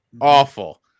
Awful